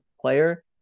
player